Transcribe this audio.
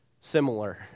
similar